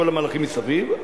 כל המהלכים מסביב,